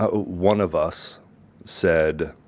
ah one of us said,